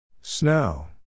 Snow